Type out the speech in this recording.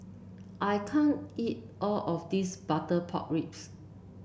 I can't eat all of this Butter Pork Ribs